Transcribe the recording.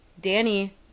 Danny